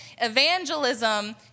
Evangelism